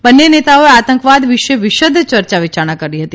બંને નેતાઓએ આતંકવાદ વિશે વિશદ યર્યા વિચારણા કરી હતી